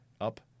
up